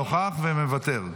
נוכח ומוותר,